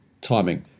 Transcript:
timing